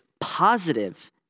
positive